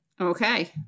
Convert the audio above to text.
Okay